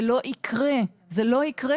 זה לא יקרה, זה לא יקרה.